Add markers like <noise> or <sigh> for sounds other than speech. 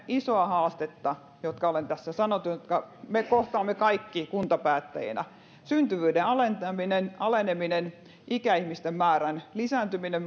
isoa haastetta jotka olen tässä sanonut ja jotka me kaikki kohtaamme kuntapäättäjinä syntyvyyden aleneminen aleneminen ikäihmisten määrän lisääntyminen <unintelligible>